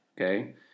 okay